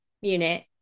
unit